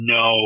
no